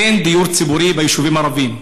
אין דיור ציבורי ביישובים הערביים.